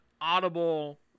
audible